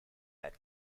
met